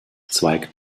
zweigt